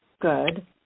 good